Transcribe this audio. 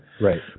Right